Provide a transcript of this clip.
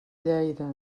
lleida